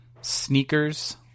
sneakers